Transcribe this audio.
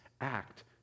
act